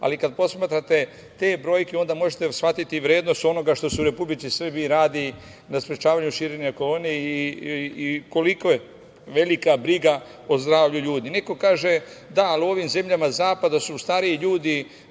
ali kada posmatrate te brojke, onda možete shvatiti vrednost onoga što se u Republici Srbiji radi na sprečavanju širenja korone i koliko je velika briga o zdravlju ljudi. Neko kaže, da ali u ovim zemljama zapada su stariji ljudi